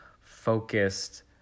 focused